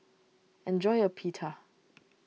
enjoy your Pita